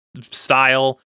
style